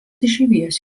išeivijos